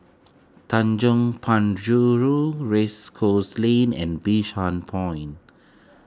Tanjong Penjuru Race Course Lane and Bishan Point